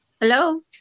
Hello